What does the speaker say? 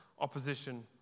opposition